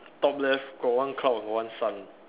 top left got one cloud got one sun